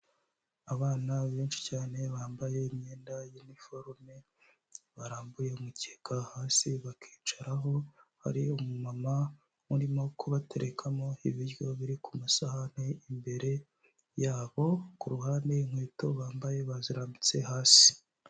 Abana benshi cyane bambaye imyenda y'iniforume, barambuye umukeka hasi bakicaraho, hari umama urimo kubaterekamo ibiryo biri kumasahani imbere yabo, kuru hande inkweto bambaye bazirambitse hasi.